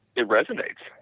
it resonates,